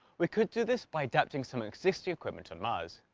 we could do this by adapting some existing equipment on mars.